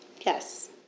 Yes